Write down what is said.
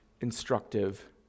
instructive